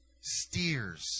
steers